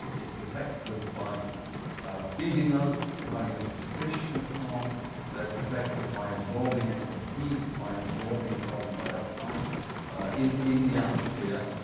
and it protects us by feeding us, providing us with fish, and so on. it ah protects us by absorbing excess heat, by absorbing carbon dioxide in in the atmosphere.